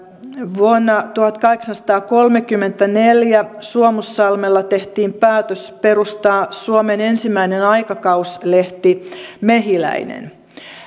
vuonna tuhatkahdeksansataakolmekymmentäneljä suomussalmella tehtiin päätös perustaa suomen ensimmäinen aikakauslehti mehiläinen